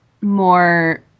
more